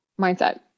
mindset